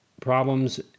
problems